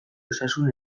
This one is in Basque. osasun